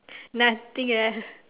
nothing right